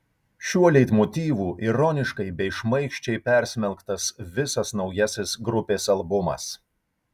šiuo leitmotyvu ironiškai bei šmaikščiai persmelktas visas naujasis grupės albumas